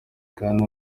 kandi